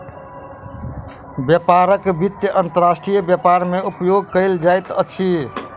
व्यापारक वित्त अंतर्राष्ट्रीय व्यापार मे उपयोग कयल जाइत अछि